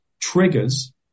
triggers